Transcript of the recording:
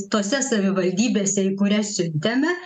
tose savivaldybėse į kurias siuntėme